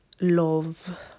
love